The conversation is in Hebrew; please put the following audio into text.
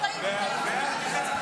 תוקפן של תקנות שעת חירום (חרבות ברזל)